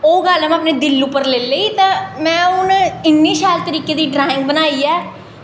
ओह् गल्ल में अपने दिल पर लेई लेई ते में हून इन्नी शैल तरीके दी ड्राईंग बनाई ऐ